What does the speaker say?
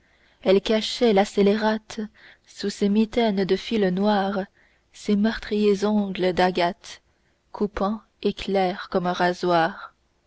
elle cachait la scélérate sous ces mitaines de fil noir ses meurtriers ongles d'agate coupants et clairs comme un rasoir